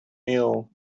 meal